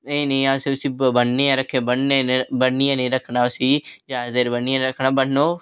नेईं नेईं अस उसी ब'न्नियै निं रक्खना उसी जादै देर ब'न्नियै निं रक्खना ब'न्नो